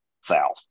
south